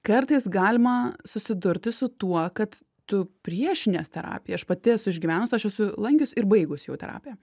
kartais galima susidurti su tuo kad tu priešinies terapija aš pati esu išgyvenus aš esu lankius ir baigus jau terapiją